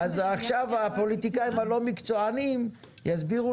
אז עכשיו הפוליטיקאים הלא מקצוענים יסבירו